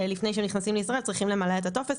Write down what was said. לפני שנכנסים לישראל צריכים למלא את הטופס.